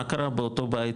מה קרה באותו בית,